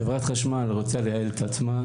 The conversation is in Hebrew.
חברת חשמל רוצה לייעל את עצמה,